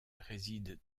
résident